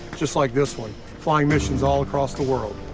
just like this one fly missions all across the world.